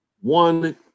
one